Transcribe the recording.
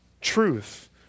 truth